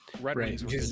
right